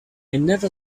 never